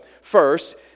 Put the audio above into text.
first